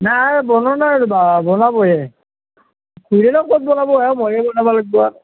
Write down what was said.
নাই বনোৱা নাই ৰ'বা বনাবহে খুৰীয়েৰা ক'ত বনাবহে মইয়েই বনাব লাগবো আৰু